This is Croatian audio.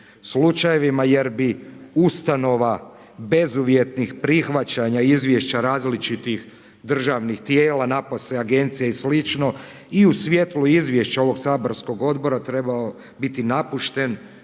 slučajevima jer bi ustanova bezuvjetnih prihvaćanja izvješća različitih državnih tijela, napose agencija i slično i u svjetlu izvješća ovog saborskog odbora trebao biti napušten